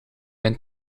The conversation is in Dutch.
mijn